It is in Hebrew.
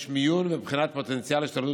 יש מיון ובחינת הפוטנציאל להשתלבות